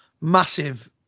massive